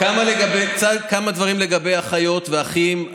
כמה דברים לגבי האחיות והאחים.